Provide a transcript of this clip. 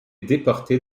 déporté